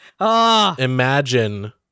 Imagine